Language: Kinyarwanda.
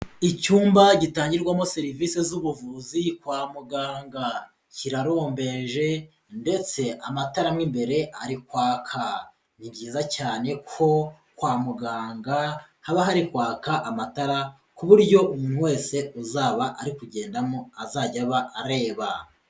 Icyumba gitangirwamo serivisi z'ubuvuzi kwa muganga, kirarombeje ndetse amatara mu imbere ari kwaka. Ni byiza cyane ko kwa muganga haba hari kwaka amatara, ku buryo umuntu wese uzaba ari kugendamo azajya aba areba.